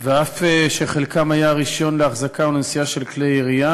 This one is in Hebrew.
בבקשה אדוני.